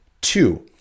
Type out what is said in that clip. Two